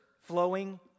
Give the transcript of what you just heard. flowing